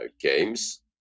games